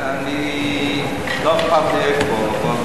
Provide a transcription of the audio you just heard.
אני, לא אכפת לי איפה.